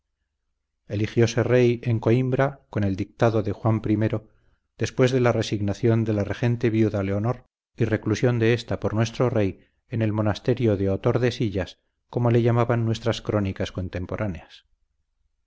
erigióse rey en coimbra con el dictado de juan i después de la resignación de la regente viuda leonor y reclusión de ésta por nuestro rey en el monasterio de otordesillas como le llaman nuestras crónicas contemporáneas